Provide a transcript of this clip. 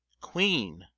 queen